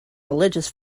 religious